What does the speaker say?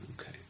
okay